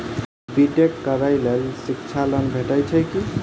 B tech करै लेल शिक्षा लोन भेटय छै की?